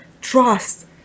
trust